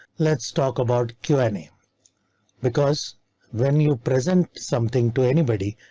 let's talk about kenny. because when you present something to anybody,